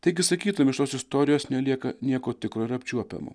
taigi sakytum iš tos istorijos nelieka nieko tikro ir apčiuopiamo